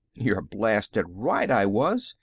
you're blasted right i was!